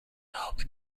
help